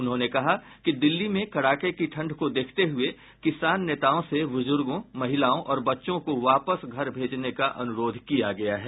उन्होंने कहा कि दिल्ली में कड़ाके की ठंड को देखते हुए किसान नेताओं से ब्रजुर्गों महिलाओं और बच्चों को वापस घर भेजने का अनुरोध किया गया है